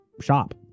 Shop